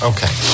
Okay